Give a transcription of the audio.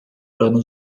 ano